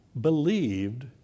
believed